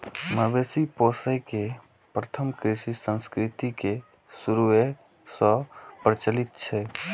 मवेशी पोसै के प्रथा कृषि संस्कृति के शुरूए सं प्रचलित छै